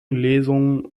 lesungen